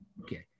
Okay